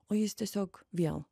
o jis tiesiog vėl